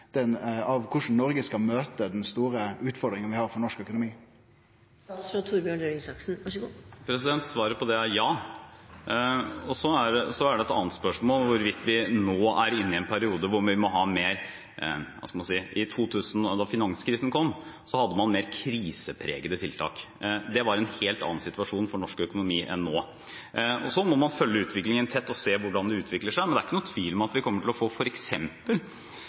skal møte den store utfordringa vi har for norsk økonomi? Svaret på det er ja. Et annet spørsmål er hvorvidt vi nå er inne i en periode hvor vi må ha mer krisepregede tiltak, slik man hadde da finanskrisen kom. Det var en helt annen situasjon for norsk økonomi da enn nå, og så må man følge utviklingen tett og se hvordan det utvikler seg. Men det er ikke noen tvil om at vi kommer til å få